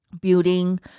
building